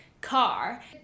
car